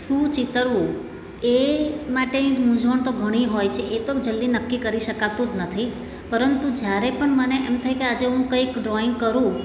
શું ચિતરવું એ માટે મુંઝવણ તો ઘણી હોય છે એ તો જલ્દી નક્કી કરી શકાતું જ નથી પરંતુ જ્યારે પણ મને એમ થાય કે આજે હું કંઈક ડ્રોઈંગ કરું